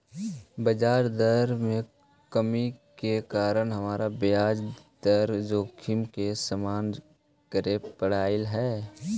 बजार दर में कमी के कारण हमरा ब्याज दर जोखिम के सामना करे पड़लई हल